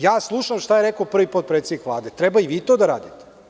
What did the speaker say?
Ja slušam šta je rekao prvi potpredsednik Vlade, treba i vi to radite.